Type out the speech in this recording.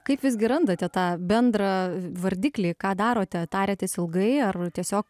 kaip visgi randate tą bendrą vardiklį ką darote tariatės ilgai ar tiesiog